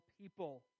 people